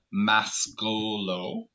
mascolo